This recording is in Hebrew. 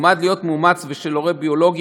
של מועמד להיות מאמץ ושל הורה ביולוגי